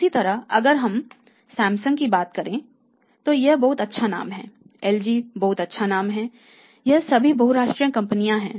इसी तरह अगर हम सैमसंग की बात करें तो यह बहुत अच्छा नाम है एलजी बहुत अच्छा नाम है यह सभी बहुराष्ट्रीय कंपनियां हैं